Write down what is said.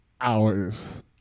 hours